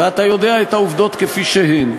ואתה יודע את העובדות כפי שהן.